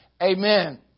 Amen